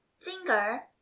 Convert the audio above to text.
finger